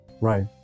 Right